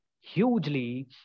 hugely